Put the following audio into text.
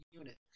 unit